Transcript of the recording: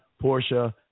Portia